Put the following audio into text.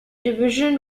division